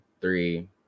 three